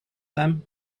them